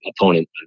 opponent